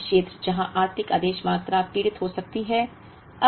अब एक अन्य क्षेत्र जहां आर्थिक आदेश मात्रा पीड़ित हो सकती है